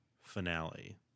finale